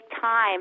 time